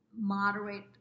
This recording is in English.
moderate